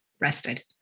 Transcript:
rested